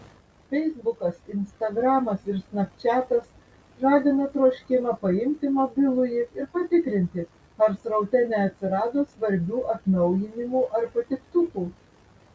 feisbukas instagramas ir snapčiatas žadina troškimą paimti mobilųjį ir patikrinti ar sraute neatsirado svarbių atnaujinimų ar patiktukų